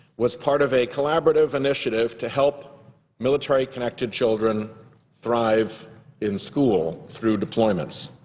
was part of a collaborative initiative to help military connected children thrive in school through deployments.